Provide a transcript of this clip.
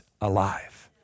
alive